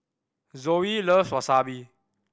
Zoe loves Wasabi